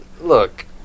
Look